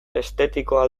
estetikoa